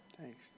Thanks